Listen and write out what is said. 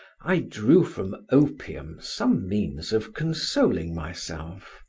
i drew from opium some means of consoling myself.